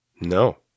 No